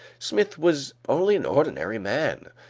smith was only an ordinary man,